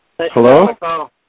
Hello